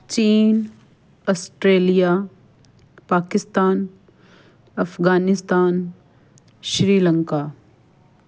ਚੀਨ ਆਸਟ੍ਰੇਲੀਆ ਪਾਕਿਸਤਾਨ ਅਫਗਾਨਿਸਤਾਨ ਸ਼੍ਰੀਲੰਕਾ